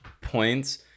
points